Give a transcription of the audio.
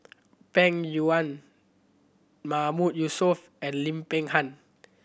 Peng Yuyun Mahmood Yusof and Lim Peng Han